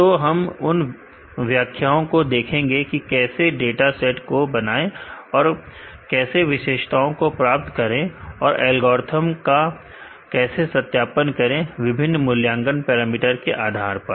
तो हम उन व्याख्याओं को देखेंगे कि कैसे डाटा सेट को बनाएं और कैसे विशेषताओं को प्राप्त करें और एल्गोरिथ्म का कैसे सत्यापन करें विभिन्न मूल्यांकन पैरामीटर के आधार पर